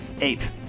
Eight